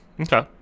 Okay